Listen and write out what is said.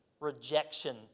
rejection